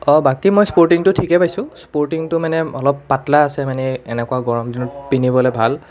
অঁ বাকী মই স্পৰ্টিংটো মই ঠিকে পাইছোঁ স্পৰ্টিংটো মানে অলপ পাতলা আছে মানে এনেকুৱা গৰম দিনত পিন্ধিবলৈ ভাল